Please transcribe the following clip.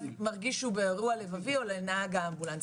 מרגיש שהוא באירוע לבבי או לנהג אמבולנס,